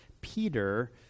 Peter